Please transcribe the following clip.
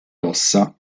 ossa